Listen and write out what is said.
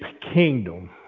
kingdom